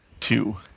two